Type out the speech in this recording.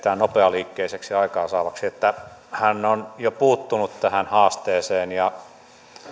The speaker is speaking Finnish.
nopealiikkeiseksi ja aikaansaavaksi että hän on jo puuttunut tähän haasteeseen ja